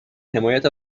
حمایت